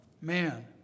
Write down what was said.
man